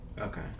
Okay